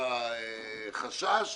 החשש